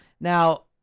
Now